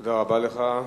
תודה רבה לך,